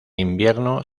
invierno